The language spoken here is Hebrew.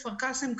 כפר קאסם,